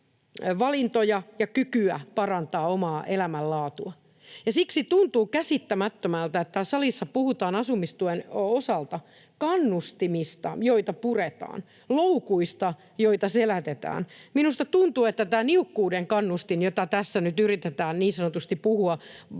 valintoja ja kykyä parantaa omaa elämänlaatua, ja siksi tuntuu käsittämättömältä, että täällä salissa puhutaan asumistuen osalta kannustimista, joita puretaan, loukuista, joita selätetään. Minusta tuntuu, että tämä niukkuuden kannustin, jota tässä nyt yritetään niin sanotusti puhua